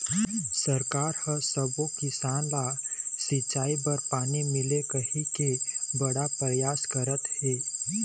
सरकार ह सब्बो किसान ल सिंचई बर पानी मिलय कहिके बड़ परयास करत हे